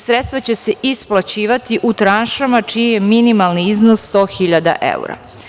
Sredstva će se isplaćivati u tranšama čiji je minimalan iznos 100 hiljada evra.